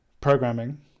programming